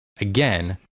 again